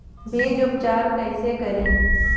बीज उपचार कईसे करी?